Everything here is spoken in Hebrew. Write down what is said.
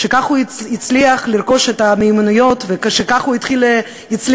שכך הוא יצליח לרכוש את המיומנויות וכך הוא יצליח